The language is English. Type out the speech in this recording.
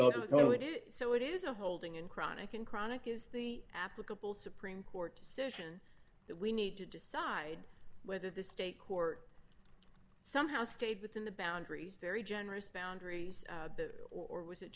is so it is a holding in chronic and chronic is the applicable supreme court decision that we need to decide whether the state court somehow stayed within the boundaries very generous boundaries or was it